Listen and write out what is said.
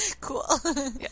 Cool